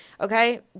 okay